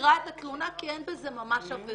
סגרה את התלונה כי אין בזה ממש עבירה.